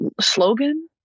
slogan